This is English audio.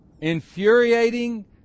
infuriating